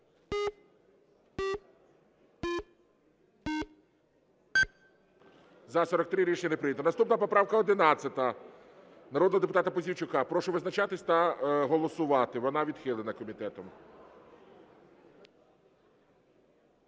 За-43 Рішення не прийнято. Наступна поправка 11 народного депутата Пузійчука. Прошу визначатися та голосувати. Вона відхилена комітетом.